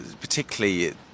particularly